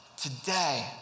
Today